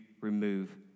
remove